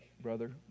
brother